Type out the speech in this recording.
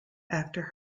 after